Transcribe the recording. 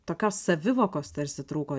tokios savivokos tarsi trūko